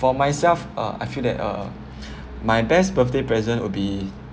for myself uh I feel that uh my best birthday present would be